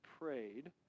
prayed